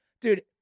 Dude